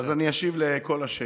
טוב, אז אני אשיב על כל השאלות.